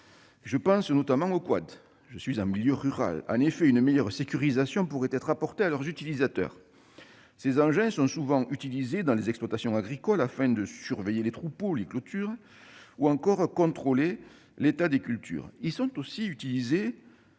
Je pense notamment aux quads, car mon département est rural. En effet, une meilleure sécurisation pourrait être apportée à leurs utilisateurs. Ces engins sont souvent utilisés dans les exploitations agricoles, afin de surveiller les troupeaux et les clôtures, ou encore pour contrôler l'état des cultures. Ils sont aussi utilisés